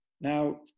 Now